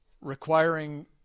requiring